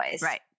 Right